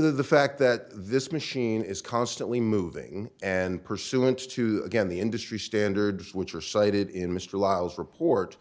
the fact that this machine is constantly moving and pursuant to again the industry standards which are cited in mr lyle's report